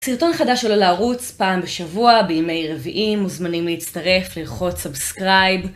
סרטון חדש עולה לערוץ פעם בשבוע בימי רביעי, מוזמנים להצטרף, ללחוץ סאבסקרייב.